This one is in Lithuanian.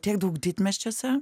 tiek daug didmiesčiuose